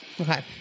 Okay